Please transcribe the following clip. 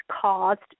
caused